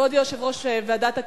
כבוד יושב-ראש ועדת הכספים,